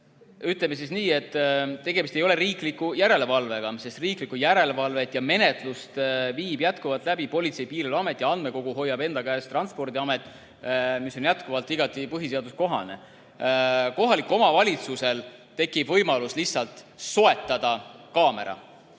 Ütleme siis nii, et tegemist ei ole riikliku järelevalvega. Riiklikku järelevalvet ja menetlust viib jätkuvalt läbi Politsei- ja Piirivalveamet ja andmekogu hoiab enda käes Transpordiamet, mis on jätkuvalt igati põhiseaduskohane. Kohalikul omavalitsusel tekib võimalus lihtsalt soetada kaamera